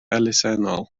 elusennol